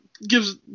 gives